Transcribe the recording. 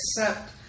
accept